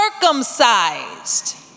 circumcised